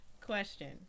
question